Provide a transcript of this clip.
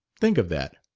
think of that!